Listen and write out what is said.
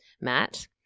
Matt